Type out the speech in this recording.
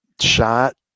Shot